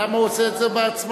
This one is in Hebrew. למה הוא עושה את זה באמצעותי?